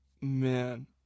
Man